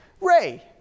Ray